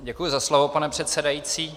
Děkuji za slovo, pane předsedající.